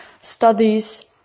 studies